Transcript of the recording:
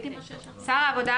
שר העבודה,